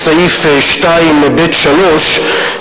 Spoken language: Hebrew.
בסעיף 2(ב)(3),